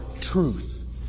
truth